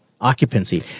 occupancy